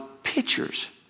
Pictures